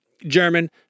german